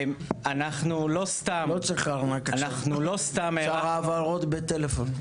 לא צריך ארנק עכשיו, אפשר העברות בטלפון.